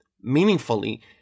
Meaningfully